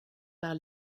par